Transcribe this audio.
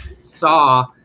saw